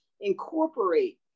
incorporate